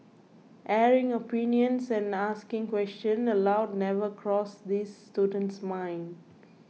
airing opinions and asking questions aloud never crossed this student's mind